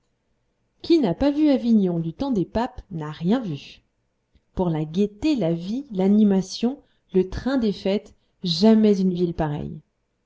qui n'a pas vu avignon du temps des papes n'a rien vu pour la gaieté la vie l'animation le train des fêtes jamais une ville pareille